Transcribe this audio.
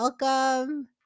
Welcome